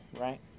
right